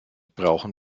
brauchen